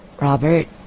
Robert